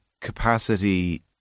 capacity